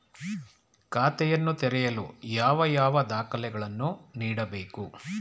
ಖಾತೆಯನ್ನು ತೆರೆಯಲು ಯಾವ ಯಾವ ದಾಖಲೆಗಳನ್ನು ನೀಡಬೇಕು?